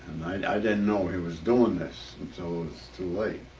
and i didn't know he was doing this until it was too late.